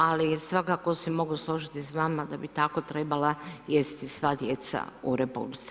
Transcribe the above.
Ali svakako se mogu složiti s vama da bi tako trebala jesti sva djeca u RH.